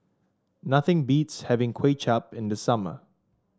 nothing beats having Kway Chap in the summer